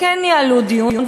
וכן ניהלו דיון,